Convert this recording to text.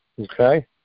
okay